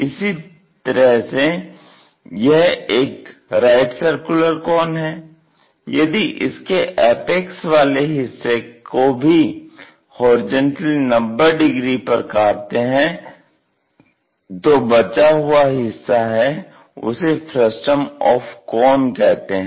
इसी तरह से यह एक राइट सर्कुलर कोन है यदि इसके एपेक्स वाले हिस्से को भी होरिजेंटली 90 डिग्री पर काटते हैं तो जो बचा हुआ हिस्सा है उसे फ्रस्टम ऑफ़ कोन कहते हैं